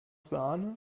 sahne